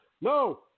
No